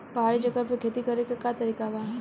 पहाड़ी जगह पर खेती करे के का तरीका बा?